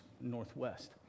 Northwest